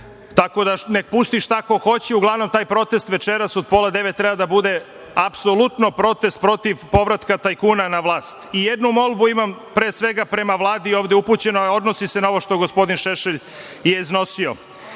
da nek pusti šta ko hoće, uglavnom nek taj protest večeras od pola devet treba da bude apsolutno protest protiv povratka tajkuna na vlast. Jednu molbu imam, pre svega prema Vladi ovde upućenu, a odnosi se na ono što je gospodin Šešelj iznosio. Znate,